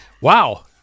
wow